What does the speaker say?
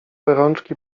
rączki